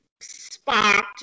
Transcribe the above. sparked